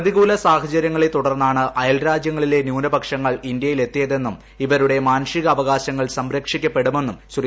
പ്രതികൂല സാഹചര്യങ്ങളെ തുടർന്നാണ് അയൽ രാജ്യങ്ങളിലെ ന്യൂനപക്ഷങ്ങൾ ഇന്ത്യയിലെത്തിയതെന്നും ഇവരുടെ മാനുഷികാവകാശങ്ങൾ സംരക്ഷിക്കപ്പെടുമെന്നും ശ്രീ